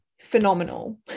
phenomenal